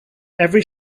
every